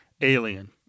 Alien